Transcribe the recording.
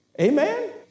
Amen